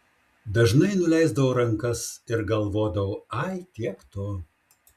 dažnai nuleisdavau rankas ir galvodavau ai tiek to